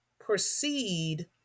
proceed